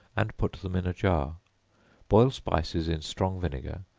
and put them in a jar boil spices in strong vinegar,